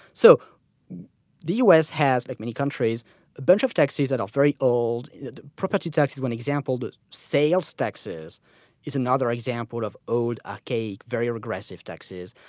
so the u. s. has, like many countries, a bunch of taxes that are very old. property tax is one example, sales taxes is another example of old archaic, very regressive taxes.